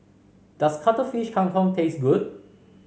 does Cuttlefish Kang Kong taste good